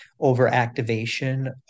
overactivation